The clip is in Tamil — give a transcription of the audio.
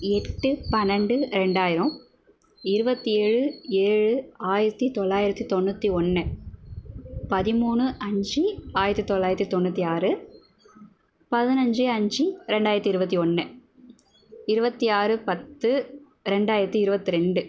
எட்டு பன்னெண்டு ரெண்டாயிரம் இருபத்தி ஏழு ஏழு ஆயிரத்தி தொள்ளாயிரத்தி தொண்ணூற்றி ஒன்று பதிமூணு அஞ்சு ஆயிரத்தி தொள்ளாயிரத்தி தொண்ணூற்றி ஆறு பதினைஞ்சு அஞ்சு ரெண்டாயிரத்தி இருபத்தி ஒன்று இருபத்தி ஆறு பத்து ரெண்டாயிரத்தி இருபத்தி ரெண்டு